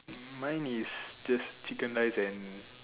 mine is just chicken rice and